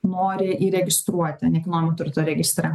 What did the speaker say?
nori įregistruoti nekilnojamo turto registre